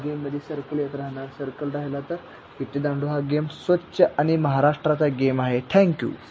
गेममध्ये सर्कल येत राहणार सर्कल राहिला तर विटीदांडू हा गेम स्वच्छ आणि महाराष्ट्राचा गेम आहे थँक्यू